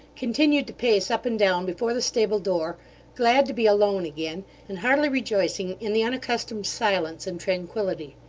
continued to pace up and down before the stable-door glad to be alone again, and heartily rejoicing in the unaccustomed silence and tranquillity.